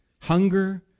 hunger